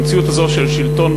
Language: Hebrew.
המציאות הזאת של שלטון,